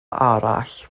arall